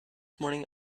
morning